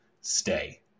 stay